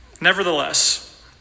Nevertheless